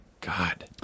God